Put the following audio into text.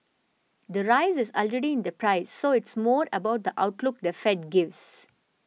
the rise is already in the price so it's more about the outlook the Fed gives